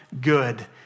good